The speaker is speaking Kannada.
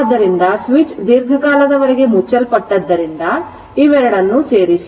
ಆದ್ದರಿಂದ ಸ್ವಿಚ್ ದೀರ್ಘಕಾಲದವರೆಗೆ ಮುಚ್ಚಲ್ಪಟ್ಟಿದ್ದರಿಂದ ಇವೆರಡನ್ನು ಸೇರಿಸಿ